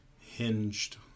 hinged